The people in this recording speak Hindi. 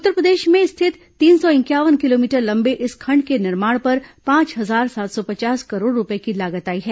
उत्तर प्रदेश में स्थित तीन सौ इंक्यावन किलोमीटर लंबे इस खंड के निर्माण पर पांच हजार सात सौ पचास करोड़ रुपये की लागत आई है